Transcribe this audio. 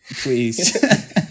Please